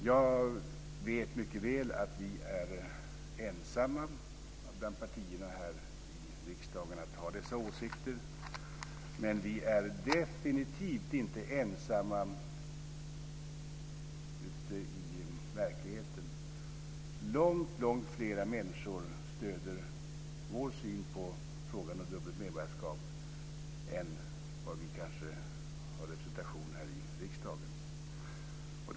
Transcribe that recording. Jag vet mycket väl att vi är ensamma bland partierna här i riksdagen om att ha dessa åsikter, men vi är definitivt inte ensamma ute i verkligheten. Långt fler människor stöder vår syn på frågan om dubbelt medborgarskap än vad vi kanske har representation för i riksdagen.